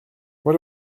what